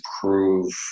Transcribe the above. prove